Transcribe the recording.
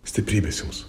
stiprybės jums